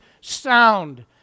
sound